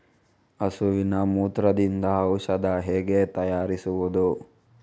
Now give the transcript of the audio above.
ಹಸುವಿನ ಮೂತ್ರದಿಂದ ಔಷಧ ಹೇಗೆ ತಯಾರಿಸುವುದು?